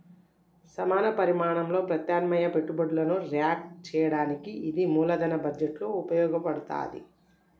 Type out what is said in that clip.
సమాన పరిమాణంలో ప్రత్యామ్నాయ పెట్టుబడులను ర్యాంక్ చేయడానికి ఇది మూలధన బడ్జెట్లో ఉపయోగించబడతాంది